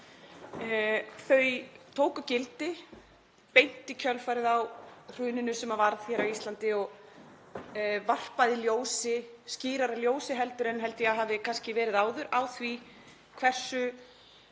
Þau tóku gildi beint í kjölfarið á hruninu sem varð á Íslandi og varpaði skýrara ljósi heldur en ég held að hafi verið áður á það hversu